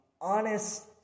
honest